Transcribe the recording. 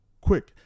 quick